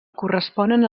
corresponen